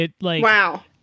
Wow